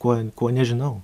kuo kuo nežinau